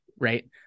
right